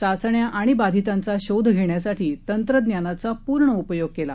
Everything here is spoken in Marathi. चाचण्या आणि बाधितांचा शोध घेण्यासाठी तंत्रज्ञानाचा पूर्ण उपयोग केला